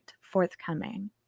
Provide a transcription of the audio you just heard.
forthcoming